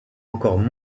encore